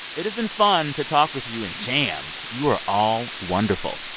it has been fun to talk with you and jam. you are all wonderful.